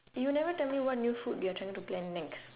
you never tell me what new food you're trying to plan next